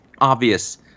obvious